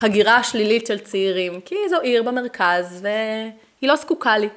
הגירה השלילית של צעירים, כי זו עיר במרכז והיא לא זקוקה לי...